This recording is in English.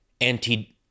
anti